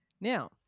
Now